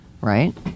Right